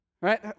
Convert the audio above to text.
right